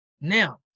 Now